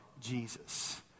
Jesus